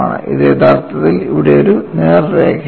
ഇത് യഥാർത്ഥത്തിൽ ഇവിടെ ഒരു നേർരേഖയാണ്